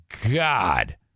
God